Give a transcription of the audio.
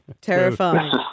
Terrifying